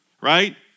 right